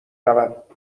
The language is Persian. رود